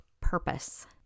purpose